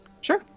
Sure